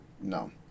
No